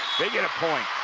they get a point.